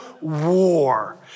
war